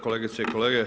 Kolegice i kolege.